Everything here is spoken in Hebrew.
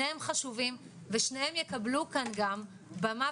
שניהם חשובים ושניהם יקבלו כאן גם במה